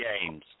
games